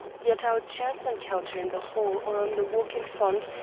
yet our chance encounter in the hall or on the walk in front,